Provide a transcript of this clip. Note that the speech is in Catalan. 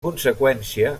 conseqüència